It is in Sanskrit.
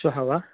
श्वः वा